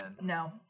No